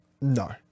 no